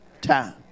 time